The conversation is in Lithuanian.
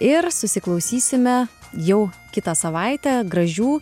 ir susiklausysime jau kitą savaitę gražių